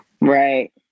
Right